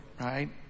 right